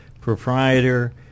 proprietor